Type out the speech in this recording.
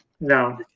No